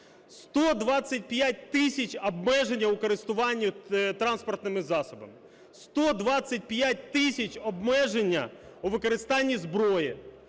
125 тисяч – обмеження у користуванні транспортними засобами, 125 тисяч – обмеження у використанні зброї,